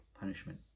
punishment